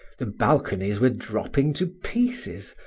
the balconies were dropping to pieces,